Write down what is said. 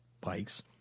bikes